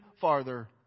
farther